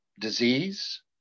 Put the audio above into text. disease